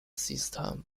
system